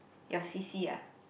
your c_c ah